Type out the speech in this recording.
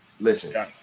Listen